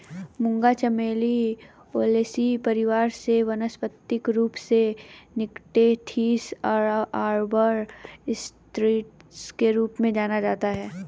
मूंगा चमेली ओलेसी परिवार से वानस्पतिक रूप से निक्टेन्थिस आर्बर ट्रिस्टिस के रूप में जाना जाता है